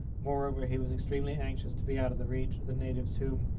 moreover, he was extremely anxious to be out of the reach of the natives whom,